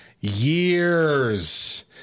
years